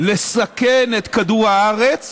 לסכן את כדור הארץ,